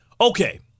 Okay